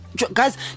Guys